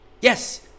yes